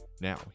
Now